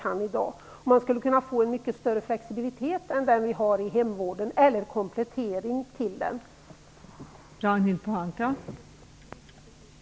Flexibiliteten där skulle kunna bli mycket större än den som är i hemvården. Det skulle kunna utgöra en komplettering till hemvården.